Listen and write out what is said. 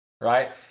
right